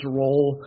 role